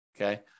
okay